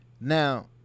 now